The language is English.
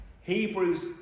Hebrews